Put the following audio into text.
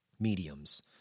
mediums